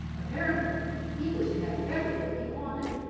apparently, he was to have everything he wanted,